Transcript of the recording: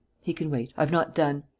he can wait. i've not done.